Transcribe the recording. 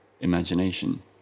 imagination